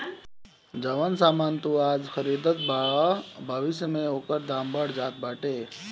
जवन सामान तू आज खरीदबअ भविष्य में ओकर दाम बढ़ जात बाटे